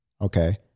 Okay